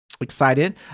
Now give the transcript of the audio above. excited